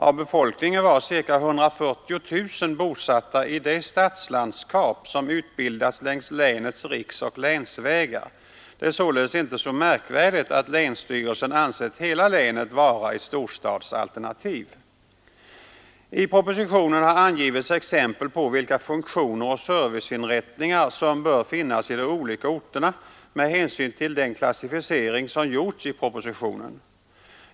Av befolkningen var omkring 140 000 bosatta i det stadslandskap som utbildats längs länets riksoch länsvägar. Det är således inte så märkvärdigt att länsstyrelsen ansett hela länet vara ett storstadsalternativ. I propositionen har angivits exempel på vilka funktioner och serviceinrättningar som bör finnas i de olika orterna med hänsyn till den klassificering som gjorts i propositionen.